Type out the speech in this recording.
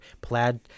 plaid